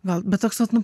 gal bet toks vat nu